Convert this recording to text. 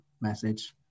message